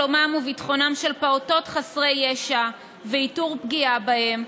שלומם וביטחונם של פעוטות חסרי ישע ואיתור פגיעה בהם,